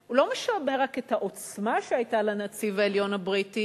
הוא לא משמר רק את העוצמה שהיתה לנציב העליון הבריטי,